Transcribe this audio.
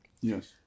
Yes